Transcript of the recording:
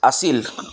আছিল